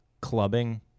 Clubbing